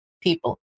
people